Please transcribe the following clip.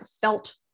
felt